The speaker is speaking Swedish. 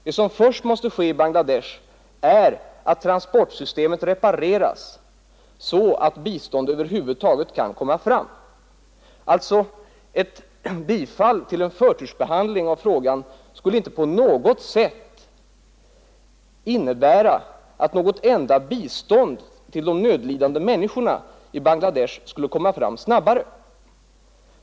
Det som först måste ske i Bangladesh är att transportsystemet repareras, så att biståndet över huvud taget kan komma fram. Ett bifall till önskemål om förtursbehandling av frågan skulle inte på något sätt innebära snabbare bistånd till de nödlidande människorna i Bangladesh.